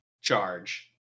charge